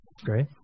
Great